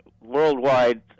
worldwide